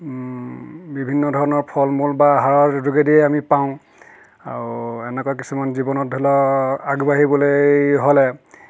বিভিন্ন ধৰণৰ ফলমূল বা আহাৰৰ যোগেদিয়ে আমি পাওঁ আৰু এনেকুৱা কিছুমান জীৱনত ধৰি লওক আগবাঢ়িবলৈ হ'লে